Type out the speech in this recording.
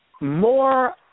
More